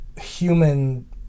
human